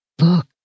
look